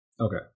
Okay